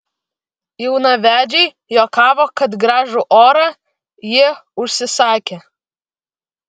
jaunavedžiai juokavo kad gražų orą jie užsisakę